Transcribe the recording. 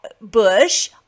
Bush